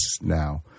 now